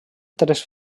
tres